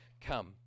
come